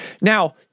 now